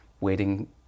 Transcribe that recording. waiting